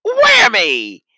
Whammy